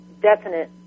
definite